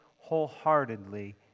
wholeheartedly